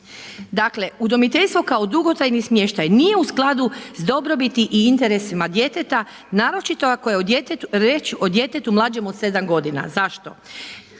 Dakle, udomiteljstvo kao dugotrajni smještaj nije u skladu s dobrobiti i interesima djeteta naročito ako je o djetetu riječ, o djetetu mlađem od 7 g. Zašto?